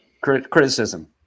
Criticism